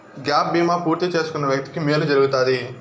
gap బీమా పూర్తి చేసుకున్న వ్యక్తికి మేలు జరుగుతాది